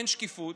אין שקיפות.